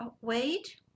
wait